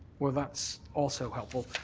well, that's also helpful.